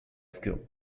school